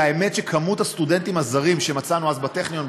והאמת שמספר הסטודנטים הזרים שמצאנו אז בטכניון,